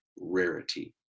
rarity